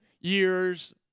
years